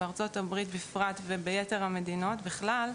שזה בארצות הברית בפרט וביתר המדינות בכלל,